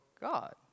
God